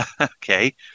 Okay